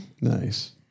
Nice